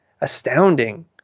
astounding